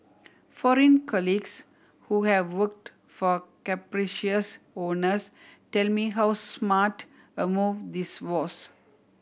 foreign colleagues who have worked for capricious owners tell me how smart a move this was